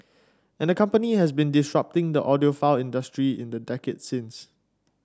and the company has been disrupting the audiophile industry in the decades since